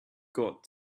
got